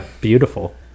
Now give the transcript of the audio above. beautiful